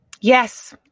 Yes